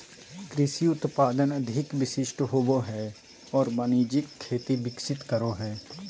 कृषि उत्पादन अधिक विशिष्ट होबो हइ और वाणिज्यिक खेती विकसित करो हइ